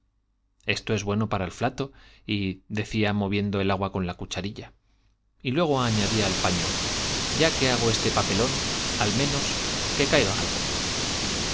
esto es bueno para el flato decía y aguardiente añadía al moviendo el agua con la cucharilla y luego ya que hago este papelón al menos i qué paño caiga algo